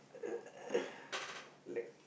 like